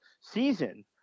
season